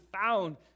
found